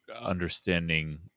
understanding